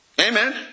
Amen